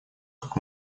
как